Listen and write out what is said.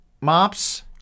Mops